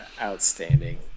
outstanding